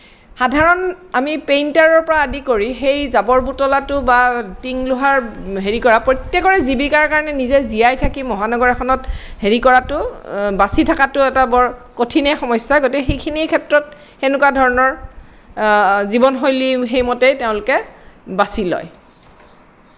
সাধাৰণ আমি পেইণ্টাৰৰ পৰা আদি কৰি সেই জাবৰ বুটলাটো বা টিং লোহাৰ হেৰি কৰা প্ৰত্যেকৰে জীৱিকাৰ কাৰণে নিজে জীয়াই থাকি মহানগৰ এখনত হেৰি কৰাটো বাছি থকাটো এটা বৰ কঠিনেই সমস্যা গতিকে সেইখিনি ক্ষেত্ৰত সেনেকুৱা ধৰণৰ জীৱন শৈলী সেইমতেই তেওঁলোকে বাছি লয়